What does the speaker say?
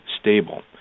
stable